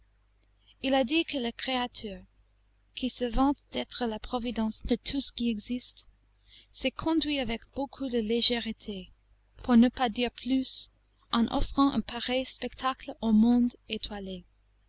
il a dit que le créateur qui se vante d'être la providence de tout ce qui existe s'est conduit avec beaucoup de légèreté pour ne pas dire plus en offrant un pareil spectacle aux mondes étoilés